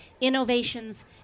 innovations